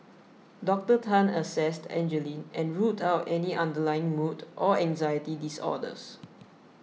Doctor Tan assessed Angeline and ruled out any underlying mood or anxiety disorders